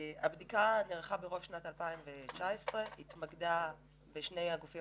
הבדיקה נערכה ברוב שנת 2019 והתמקדה בשני הגופים